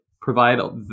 provide